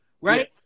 Right